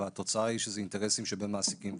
והתוצאה היא שזה אינטרסים שבין מעסיקים לעובדים.